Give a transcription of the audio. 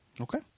Okay